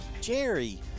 Jerry